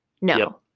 No